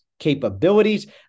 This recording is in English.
Capabilities